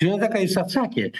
žinote ką jis atsakė